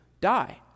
die